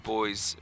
Boys